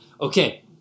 Okay